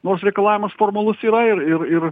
nors reikalavimas formalus yra ir ir